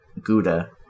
gouda